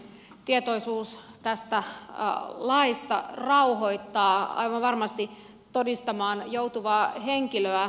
tietoisuus tästä laista rauhoittaa aivan varmasti todistamaan joutuvaa henkilöä